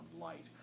light